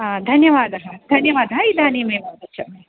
धन्यवादः धन्यवादः इदानीम् एव आगच्छामि